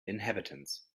inhabitants